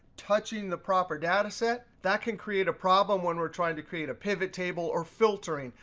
touching the proper data set, that can create a problem when we're trying to create a pivot table or filtering.